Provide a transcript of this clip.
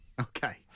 Okay